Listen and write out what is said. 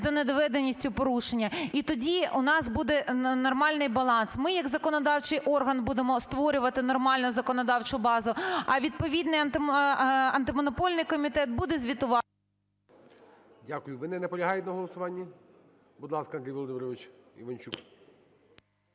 за недоведеністю порушення, і тоді у нас буде нормальний баланс. Ми як законодавчий орган будемо створювати нормальну законодавчу базу, а відповідний Антимонопольний комітет буде звітувати… ГОЛОВУЮЧИЙ. Дякую. Ви не наполягаєте на голосуванні? Будь ласка, Андрій Володимирович Іванчук.